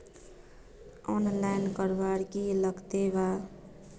Online करवार की लगते वा?